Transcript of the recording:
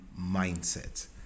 mindset